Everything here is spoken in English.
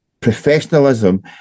professionalism